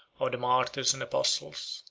of the martyrs and apostles,